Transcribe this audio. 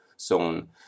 zone